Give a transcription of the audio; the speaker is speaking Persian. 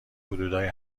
حدودای